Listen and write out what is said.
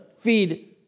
feed